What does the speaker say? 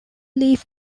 leaf